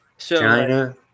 China